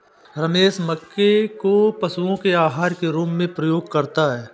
रमेश मक्के को पशुओं के आहार के रूप में उपयोग करता है